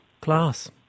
class